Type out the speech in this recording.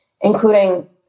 including